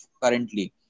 currently